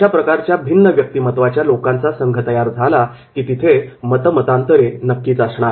अशाप्रकारच्या भिन्न व्यक्तिमत्त्वाच्या लोकांचा संघ तयार झाला की तिथे मतमतांतरे नक्कीच असणार